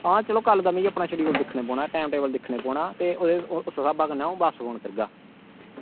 आं कल्ल अपना शेड़यूल दिक्खना पौना ते अपना समां दिक्खना पौना ते उस्सै स्हाब कन्नै अं'ऊ ओह् करगा